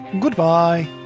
goodbye